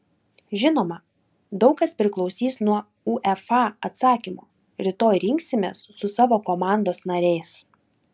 žinoma daug kas priklausys nuo uefa atsakymo rytoj rinksimės su savo komandos nariais